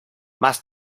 más